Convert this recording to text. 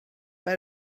but